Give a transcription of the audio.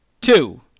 two